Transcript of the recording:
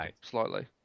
slightly